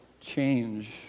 change